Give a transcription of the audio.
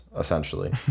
essentially